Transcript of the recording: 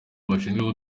bashinzwe